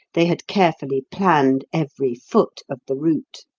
they had carefully planned every foot of the route.